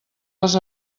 les